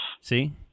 see